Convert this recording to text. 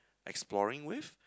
exploring with